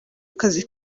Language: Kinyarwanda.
akazi